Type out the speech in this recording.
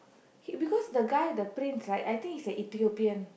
he because the guy the brains right I think he is an Ethiopian